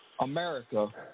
America